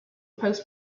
post